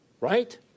right